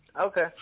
Okay